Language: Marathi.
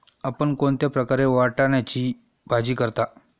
आपण कोणत्या प्रकारे वाटाण्याची भाजी करता?